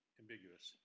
ambiguous